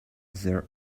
there